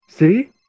See